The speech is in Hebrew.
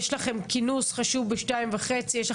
אני מודה